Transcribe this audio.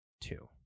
two